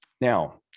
Now